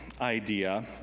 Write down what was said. idea